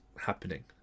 happening